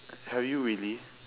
have you really